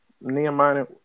Nehemiah